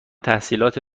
تحصیلات